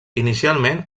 inicialment